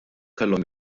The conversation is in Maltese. kellhom